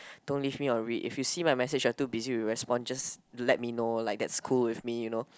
don't leave me on read if you see my message which are too busy to respond just let me know like that's cool with me you know